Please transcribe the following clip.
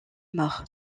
mort